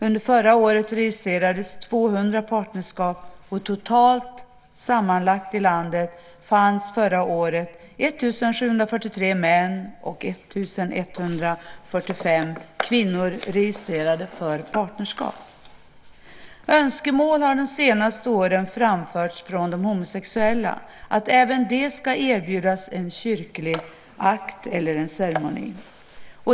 Under förra året registrerades 200 partnerskap, och sammanlagt i landet fanns förra året 1 743 män och 1 145 kvinnor registrerade för partnerskap. Önskemål har de senast åren framförts från de homosexuella att även de ska erbjudas en kyrklig akt eller en ceremoni.